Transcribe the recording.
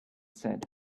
said